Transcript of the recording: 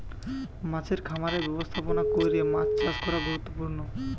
মাছের খামারের ব্যবস্থাপনা কইরে মাছ চাষ করা গুরুত্বপূর্ণ